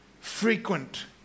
frequent